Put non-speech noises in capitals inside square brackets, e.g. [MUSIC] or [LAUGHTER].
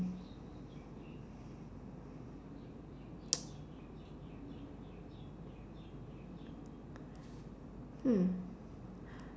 [NOISE] hmm